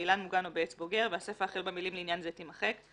באילן מוגן או בעץ בוגר" והסיפה החל במילים ״לעניין זה״ - תימחק,